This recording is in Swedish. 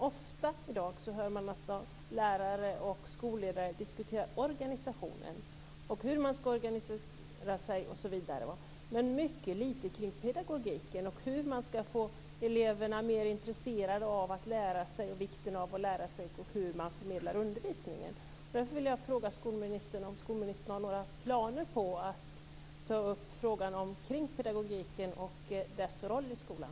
Ofta hör vi i dag att lärare och skolledare diskuterar hur man skall organisera sig osv., men vi hör mycket lite om pedagogiken, hur man skall få eleverna mer intresserade av att lära sig, vikten av att lära sig och hur man förmedlar undervisningen. Därför vill jag fråga skolministern om hon har några planer på att ta upp frågan om pedagogiken och dess roll i skolan.